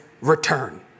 return